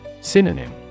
Synonym